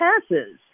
passes